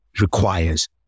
requires